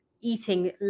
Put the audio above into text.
eating